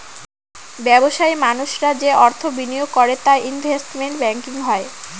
ব্যবসায়ী মানুষরা যে অর্থ বিনিয়োগ করে তা ইনভেস্টমেন্ট ব্যাঙ্কিং হয়